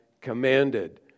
commanded